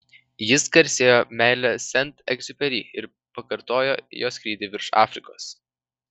jis garsėjo meile sent egziuperi ir pakartojo jo skrydį virš afrikos